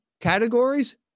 categories